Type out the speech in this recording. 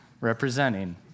representing